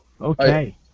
Okay